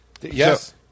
Yes